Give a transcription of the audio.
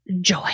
joy